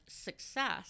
success